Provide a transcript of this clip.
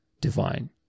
divine